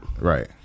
Right